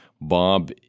Bob